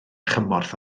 chymorth